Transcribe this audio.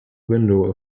window